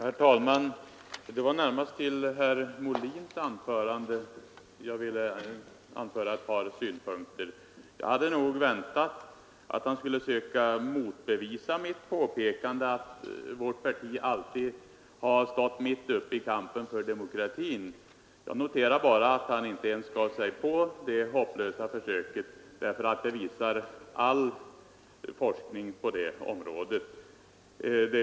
Herr talman! Det var närmast herr Molins anförande som jag ville framföra ett par synpunkter på. Jag hade nog väntat att han skulle försöka motbevisa mitt påpekande att vårt parti alltid har stått mitt uppe i kampen för demokratin. Jag noterar bara att han inte ens gav sig in på det hopplösa försöket därför att all forskning på det området visar att mitt påpekande är riktigt.